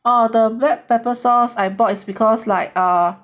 oh the black pepper sauce I bought is because like uh